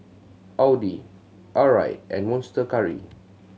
Audi Arai and Monster Curry